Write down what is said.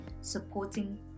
supporting